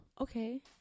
okay